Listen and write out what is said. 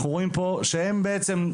אנחנו רואים פה שהם בעצם,